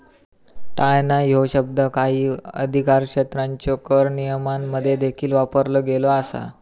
टाळणा ह्यो शब्द काही अधिकारक्षेत्रांच्यो कर नियमांमध्ये देखील वापरलो गेलो असा